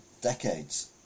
decades